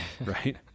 right